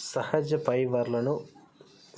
సహజ ఫైబర్లను